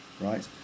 Right